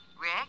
Rick